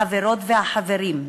החברות והחברים,